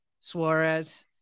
Suarez